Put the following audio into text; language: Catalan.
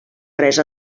res